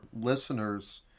listeners